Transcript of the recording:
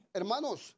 hermanos